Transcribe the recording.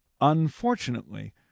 Unfortunately